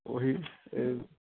ਉਹੀ ਏ